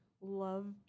love